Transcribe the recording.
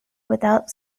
without